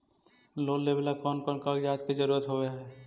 Loan लेबे ला कौन कौन कागजात के जरुरत होबे है?